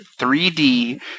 3D